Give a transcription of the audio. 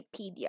Wikipedia